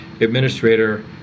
administrator